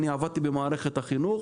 אני עבדתי במערכת החינוך